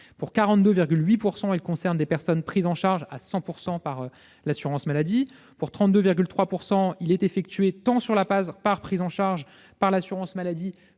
actes, il concerne des personnes prises en charge à 100 % par l'assurance maladie ; pour 32,3 %, il est effectué tant sur la part prise en charge par l'assurance maladie